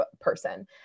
person